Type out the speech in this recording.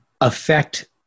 affect